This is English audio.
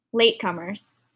Latecomers